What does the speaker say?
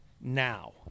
now